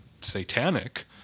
satanic